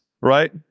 Right